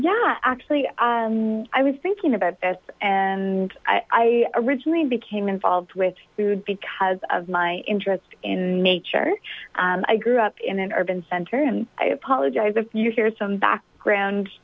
yeah actually i was thinking about this and i originally became involved with food because of my interest in nature i grew up in an urban center and i apologize if you hear some back ground